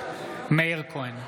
מאיר כהן,